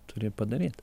turi padaryt